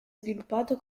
sviluppato